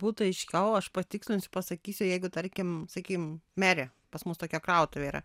būtų aiškiau aš patikslinsiu pasakysiu jeigu tarkim sakykim merė pas mus tokia krautuvė yra